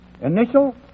initial